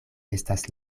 estas